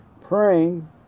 praying